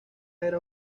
era